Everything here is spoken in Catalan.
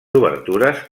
obertures